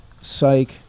psych